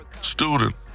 student